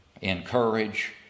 encourage